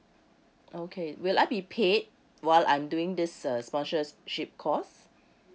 okay will I be paid while I'm doing this uh sponsorship course